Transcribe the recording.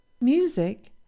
music